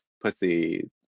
pussy